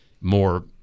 more